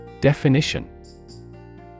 Definition